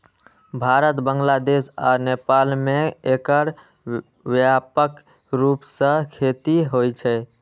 भारत, बांग्लादेश आ नेपाल मे एकर व्यापक रूप सं खेती होइ छै